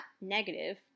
negative